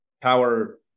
Power –